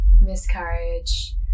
miscarriage